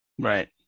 Right